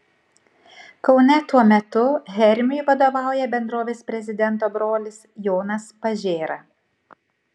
kaune tuo metu hermiui vadovauja bendrovės prezidento brolis jonas pažėra